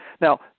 Now